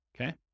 okay